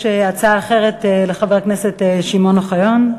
יש הצעה אחרת לחבר הכנסת שמעון אוחיון.